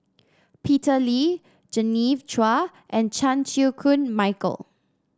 Peter Lee Genevieve Chua and Chan Chew Koon Michael